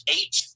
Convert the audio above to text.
Eight